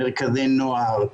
מרכזי נוער,